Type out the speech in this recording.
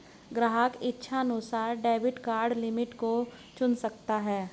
ग्राहक इच्छानुसार debit card limit को चुन सकता है